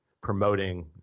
promoting